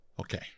Okay